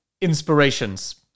inspirations